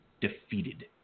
Defeated